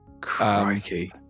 crikey